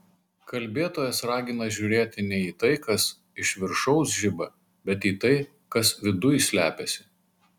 kalbėtojas ragina žiūrėti ne į tai kas iš viršaus žiba bet į tai kas viduj slepiasi